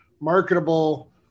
marketable